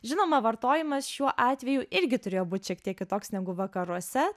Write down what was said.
žinoma vartojimas šiuo atveju irgi turėjo būt šiek tiek kitoks negu vakaruose